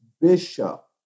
bishop